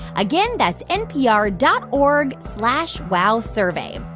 again, that's npr dot org slash wowsurvey.